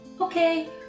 Okay